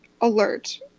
alert